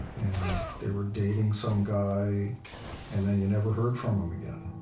and they were dating some guy and then you never heard from them again,